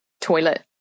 toilet